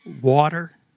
water